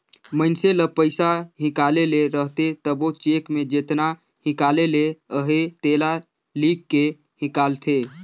मइनसे ल पइसा हिंकाले ले रहथे तबो चेक में जेतना हिंकाले ले अहे तेला लिख के हिंकालथे